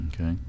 Okay